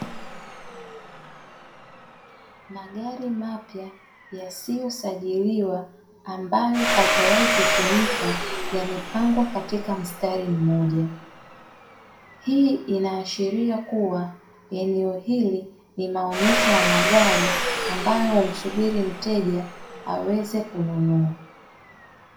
Magari mapya yasiyo sajiliwa ambayo hayajawahi kutumika yamepangwa katika msitari mmoja, hii inaashiria kuwa eneo hili nimaonyesho ya magari ambayo humsubili mteja aweze kununua.